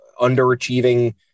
underachieving